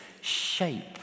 shape